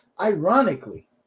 ironically